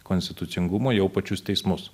konstitucingumo jau pačius teismus